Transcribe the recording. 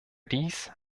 dies